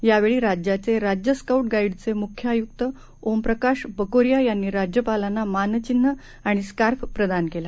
यावेळी राज्याचे राज्य स्काऊट गाईडचे मुख्य आयुक्त ओमप्रकाश बकोरीया यांनी राज्यपालांना मानचिन्ह आणि स्कार्फ प्रदान केला